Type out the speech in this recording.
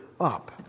up